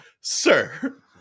sir